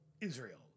Israel